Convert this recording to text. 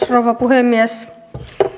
rouva puhemies